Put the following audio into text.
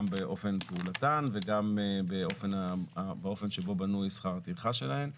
באופן פעולתן וגם באופן שבו בנוי שכר הטרחה שלהן.